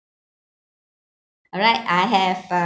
alright I have uh